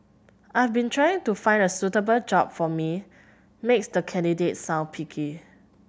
I've been trying to find the suitable job for me makes the candidate sound picky